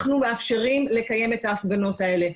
אנחנו מאפשרים לקיים את ההפגנות האלה,